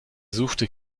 suchte